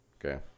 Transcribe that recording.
okay